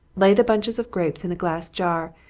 lay the bunches of grapes in a glass jar,